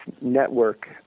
network